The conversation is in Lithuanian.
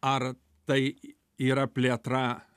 ar tai yra plėtra